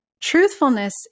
truthfulness